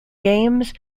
games